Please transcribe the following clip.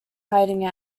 hiding